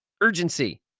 urgency